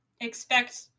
Expect